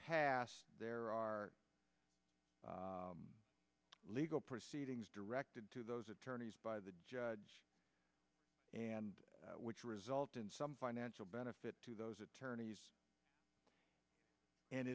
past there are legal proceedings directed to those attorneys by the judge and which result in some financial benefit to those attorneys and